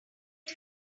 his